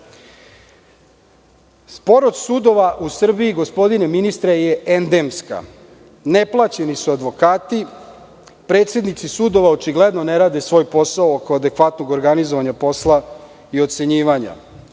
sudova u Srbiji, gospodine ministre, je endemska i neplaćeni su advokati. Predsednici sudova očigledno ne rade svoj posao oko adekvatnog organizovanja posla i ocenjivanja.